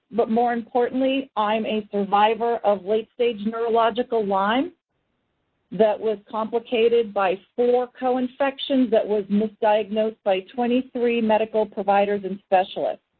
but more importantly, i'm a survivor of late stage neurological lyme that was complicated by four co-infections that was misdiagnosed by twenty three medical providers and specialists.